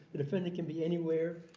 the defendant can be anywhere.